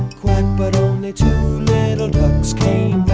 but only two little ducks came